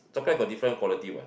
chocolate got different quality what